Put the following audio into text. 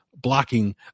blocking